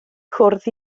cwrdd